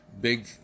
big